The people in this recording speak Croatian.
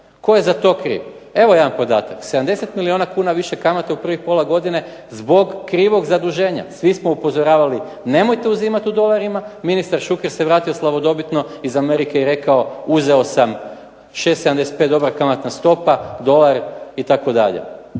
Tko je za to kriv? Evo jedan podatak. 70 milijuna kuna više kamate u prvih pola godine zbog krivog zaduženja. Svi smo upozoravali nemojte uzimat u dolarima, ministar Šuker se vratio slavodobitno iz Amerike i rekao uzeo sam 6,75, dobra kamatna stopa, dolar itd.